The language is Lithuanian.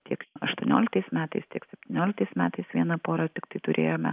tiek aštuonioliktais metais tiek septynioliktais metais vieną porą tiktai turėjome